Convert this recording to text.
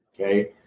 Okay